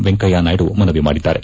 ವೆಂಕಯ್ಯನಾಯ್ದು ಮನವಿ ಮಾಡಿದ್ದಾರೆ